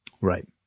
Right